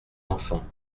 enfants